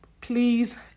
please